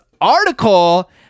article